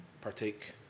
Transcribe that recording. partake